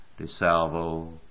DeSalvo